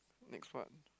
next one